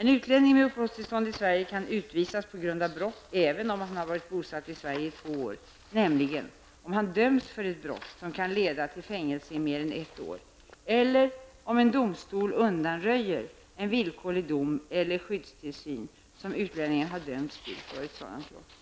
En utlänning med uppehållstillstånd i Sverige kan utvisas på grund av brott även om han varit bosatt i Sverige i två år, nämligen om han döms för ett brott som kan leda till fängelse i mer än ett år, eller om en domstol undanröjer en villkorlig dom eller skyddstillsyn som utlänningen har dömts till för ett sådant brott.